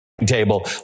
...table